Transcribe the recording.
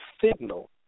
signal